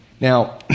Now